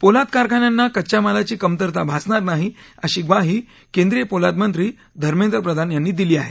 पोलाद कारखान्यांना कच्च्या मालाची कमतरता भासणार नाही अशी खाही केंद्रीय पोलादमंत्री धर्मेंद्र प्रधान यांनी दिली आहे